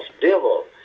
devil